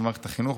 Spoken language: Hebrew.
במערכת החינוך,